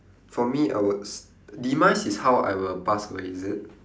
for me I would s~ demise is how I will pass away is it